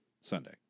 Sunday